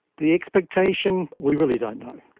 the expectation, we really don't know,